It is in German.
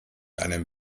einem